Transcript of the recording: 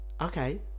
Okay